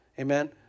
amen